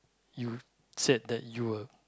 you said that you were